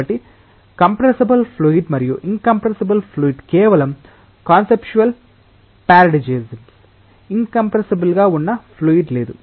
కాబట్టి compressible fluid మరియు incompressible fluid కేవలం కాన్సెప్ట్యల్ పారడిజిమ్స్ ఇన్కంప్రెస్సబుల్ గా ఉన్న ఫ్లూయిడ్ లేదు